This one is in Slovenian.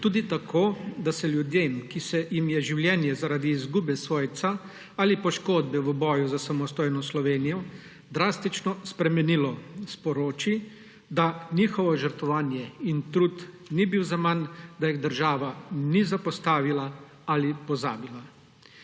tudi tako, da se ljudem, ki se jim je življenje zaradi izgube svojca ali poškodbe v boju za samostojno Slovenijo drastično spremenilo, sporoči, da njihovo žrtvovanje in trud ni bil zaman, da jih država ni zapostavila ali pozabila.